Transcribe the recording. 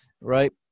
right